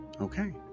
Okay